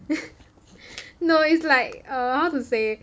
no it's like err how to say